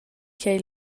ch’ei